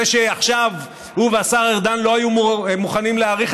זה שעכשיו הוא והשר ארדן לא היו מוכנים להאריך